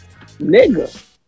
nigga